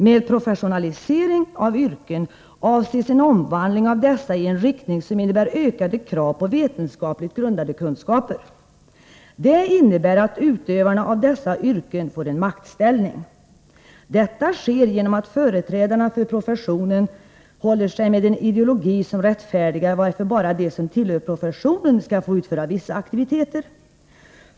Med professionalisering av yrken avses en omvandling av dessa i en riktning som innebär ökade krav på vetenskapligt grundade kunskaper. Det innebär att utövarna av dessa yrken får en maktställning. Detta sker genom att företrädarna för professionen håller sig med en ideologi, som rättfärdigar varför bara de som tillhör professionen skall få utföra vissa aktiviteter.